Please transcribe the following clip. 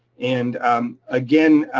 and again